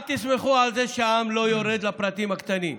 אל תסמכו על זה שהעם לא יורד לפרטים הקטנים.